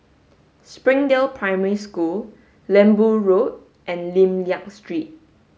Springdale Primary School Lembu Road and Lim Liak Street